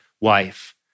wife